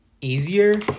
easier